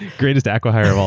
greatest acquihire of all